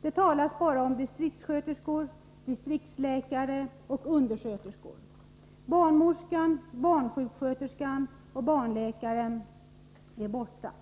Det talas bara om distriktssköterskor, distriktsläkare och undersköterskor. Barnmorskan, barnsjuksköterskan och barnläkaren är borta ur diskussionen.